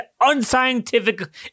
unscientific